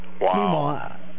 Wow